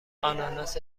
آناناس